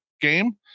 game